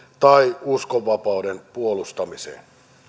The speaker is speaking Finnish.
tai uskonvapauden puolustamiseen